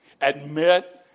admit